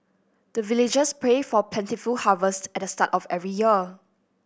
the villagers pray for plentiful harvest at the start of every year